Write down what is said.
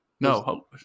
No